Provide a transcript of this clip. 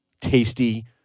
tasty